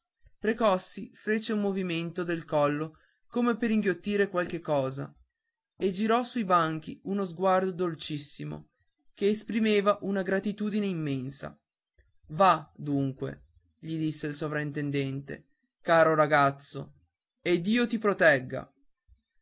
precossi fece un movimento del collo come per inghiottire qualche cosa e girò sui banchi uno sguardo dolcissimo che esprimeva una gratitudine immensa va dunque gli disse il sovrintendente caro ragazzo e dio ti protegga